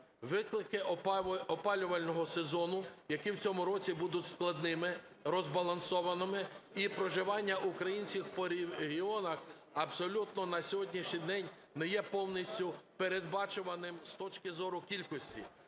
виклики опалювального сезону, які в цьому році будуть складними, розбалансованими і проживання українців по регіонах абсолютно на сьогоднішній день не є повністю передбачуваним з точки зору кількості.